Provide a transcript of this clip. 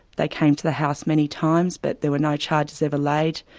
they came to the house many times, but there were no charges ever like